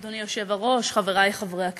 אדוני היושב-ראש, חברי חברי הכנסת,